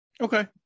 Okay